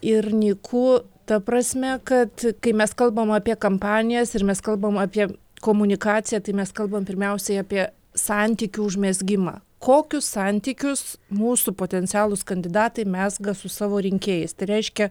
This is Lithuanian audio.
ir nyku ta prasme kad kai mes kalbam apie kampanijas ir mes kalbam apie komunikaciją tai mes kalbame pirmiausiai apie santykių užmezgimą kokius santykius mūsų potencialūs kandidatai mezga su savo rinkėjais reiškia